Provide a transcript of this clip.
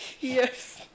Yes